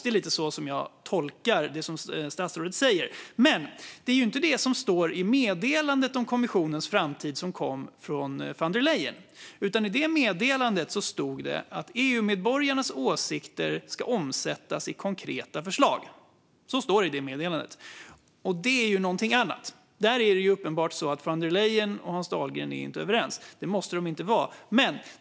Det är lite så som jag tolkar det som statsrådet säger. Men det är inte det som står i meddelandet om kommissionens framtid, som kom från von der Leyen. I det meddelandet stod det att EU-medborgarnas åsikter ska omsättas i konkreta förslag. Det är någonting annat. Det är uppenbart så att von der Leyen och Hans Dahlgren inte är överens. Det måste de inte vara.